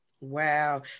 Wow